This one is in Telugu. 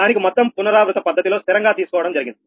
దానికి మొత్తం పునరావృత పద్ధతిలో స్థిరంగా తీసుకోవడం జరిగింది